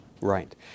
Right